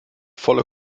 volle